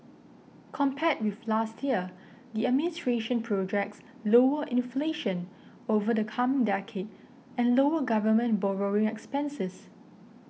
compared with last year the administration projects lower inflation over the coming decade and lower government borrowing expenses